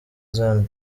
zion